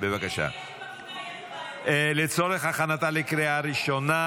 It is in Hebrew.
התשפ"ד 2024,